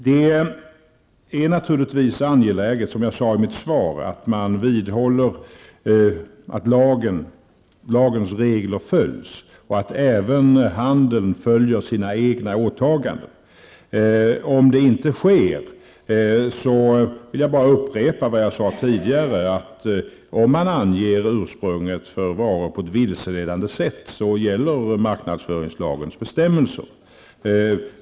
Det är naturligtvis angeläget, som jag sade i mitt svar, att man vidhåller att lagens regler följs och även att handeln följer sina egna åtaganden. Om det inte sker, vill jag bara upprepa vad jag sade tidigare: I fall där ursprunget för varor anges på ett vilseledande sätt, skall marknadsföringslagens bestämmelser tillämpas.